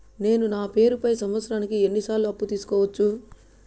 నేను నా పేరుపై సంవత్సరానికి ఎన్ని సార్లు అప్పు తీసుకోవచ్చు?